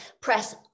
press